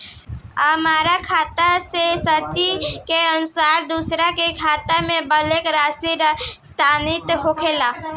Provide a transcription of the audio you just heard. आ हमरा खाता से सूची के अनुसार दूसरन के खाता में बल्क राशि स्थानान्तर होखेला?